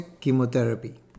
chemotherapy